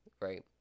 Right